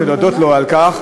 רציתי להודות לו על כך.